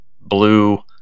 blue